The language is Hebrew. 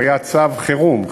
הוא היה צו חירום,